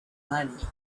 money